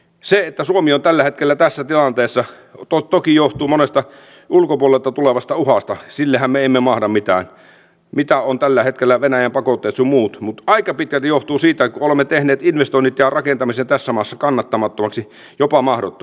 se että suomi on tällä hetkellä tässä tilanteessa toki johtuu monesta ulkopuolelta tulevasta uhasta sillehän me emme mahda mitään mitä ovat tällä hetkellä venäjän pakotteet sun muut mutta aika pitkälti johtuu siitä että me olemme tehneet investoinnit ja rakentamisen tässä maassa kannattamattomaksi jopa mahdottomaksi